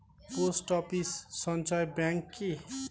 Post office সঞ্চয় bank কি?